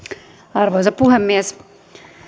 arvoisa puhemies